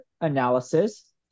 analysis